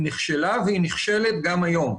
היא נכשלה והיא נכשלת גם היום.